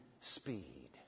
speed